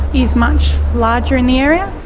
is much larger in the area.